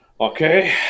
Okay